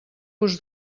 vos